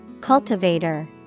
Cultivator